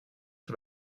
sur